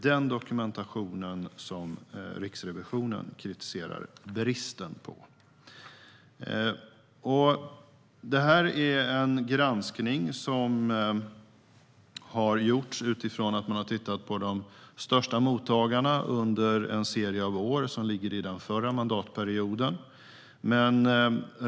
Det här är en granskning som har gjorts utifrån att man tittat på de största mottagarna under en serie år under den förra mandatperioden.